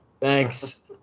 thanks